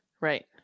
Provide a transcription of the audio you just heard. Right